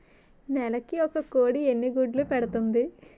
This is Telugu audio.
నెలకి ఒక కోడి ఎన్ని గుడ్లను పెడుతుంది?